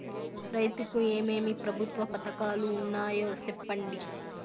రైతుకు ఏమేమి ప్రభుత్వ పథకాలు ఉన్నాయో సెప్పండి?